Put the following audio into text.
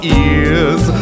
ears